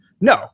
no